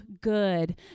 good